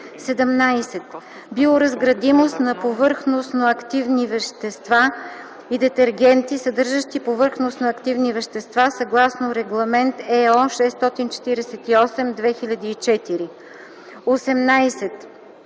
17. биоразградимост на повърхностноактивни вещества и детергенти, съдържащи повърхностноактивни вещества съгласно Регламент (ЕО) № 648/2004; 18.